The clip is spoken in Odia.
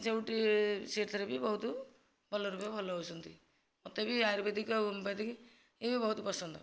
ଯେଉଁଠି ସେହିଥିରେ ବି ବହୁତ ଭଲରୁ ବି ଭଲ ହେଉଛନ୍ତି ମୋତେ ବି ଆୟୁର୍ବେଦିକ ଆଉ ହୋମିଓପାଥିକ ୟେ ବହୁତ ପସନ୍ଦ